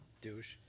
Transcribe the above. Douche